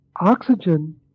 oxygen